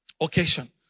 occasion